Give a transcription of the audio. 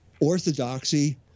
orthodoxy